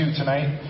tonight